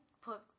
put